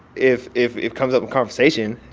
if if it comes up in conversation,